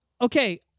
Okay